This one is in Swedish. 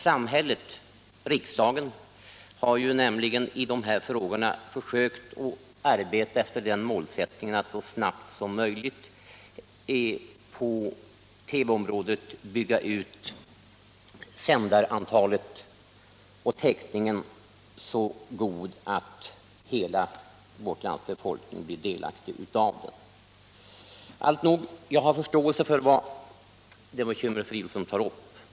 Samhället och riksdagen har försökt arbeta efter målsättningen att på TV-området så snabbt som möjligt bygga sändare som ger en så god täckning att hela vårt lands befolkning blir delaktig av TV-sändningarna. Alltnog, jag har förståelse för de bekymmer herr Åkerlind tar upp.